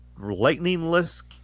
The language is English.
lightningless